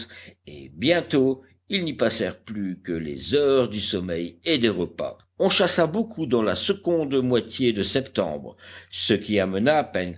et bientôt ils n'y passèrent plus que les heures du sommeil et des repas on chassa beaucoup dans la seconde moitié de septembre ce qui amena